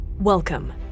welcome